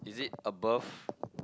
is it above